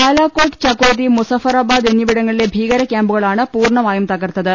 ബാലാക്കോട്ട് ചകോതി മുസഫറബാദ് എന്നിവിടങ്ങളിലെ ഭീകര ക്യാമ്പുകളാണ് പൂർണ്ണമായും തകർത്തത്